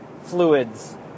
fluids